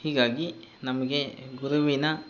ಹೀಗಾಗಿ ನಮಗೆ ಗುರುವಿನ